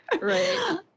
Right